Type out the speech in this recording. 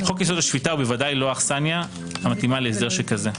חוק יסוד: השפיטה הוא בוודאי לא האכסניה המתאימה להסדר שכזה.